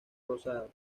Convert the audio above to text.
rosadas